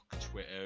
Twitter